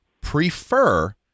prefer